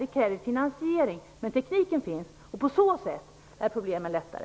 Det kräver finansiering. Men tekniken finns. På så sätt är problemen lättare.